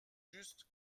juste